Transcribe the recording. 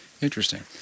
interesting